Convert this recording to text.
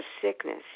sickness